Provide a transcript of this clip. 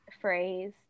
phrase